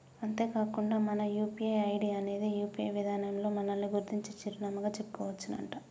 అంతేకాకుండా మన UPI ID అనేది యూ.పీ.ఐ విధానంలో మనల్ని గుర్తించే చిరునామాగా చెప్పుకోవచ్చునంట